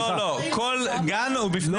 כל גן הוא בפני עצמו.